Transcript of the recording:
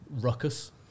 ruckus